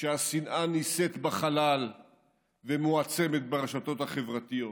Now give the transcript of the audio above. כשהשנאה נישאת בחלל ומועצמת ברשתות החברתיות.